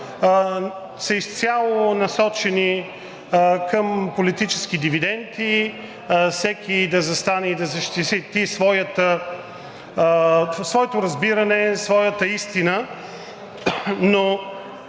са изцяло насочени към политически дивиденти, всеки да застане и да защити своето разбиране, своята истина. Но